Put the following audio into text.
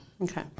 Okay